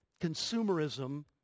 consumerism